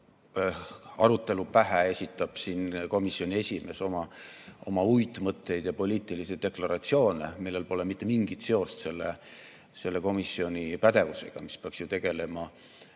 arutelu pähe esitab komisjoni esimees oma uitmõtteid ja poliitilisi deklaratsioone, millel pole mitte mingit seost selle komisjoni pädevusega. See komisjon peaks ju tegelema